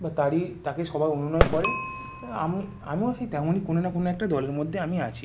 বা তারই তাকে সবাই অনুনয় করেন আমি আমিও কি তেমনই কোনো না কোনো একটা দলের মধ্যে আমি আছি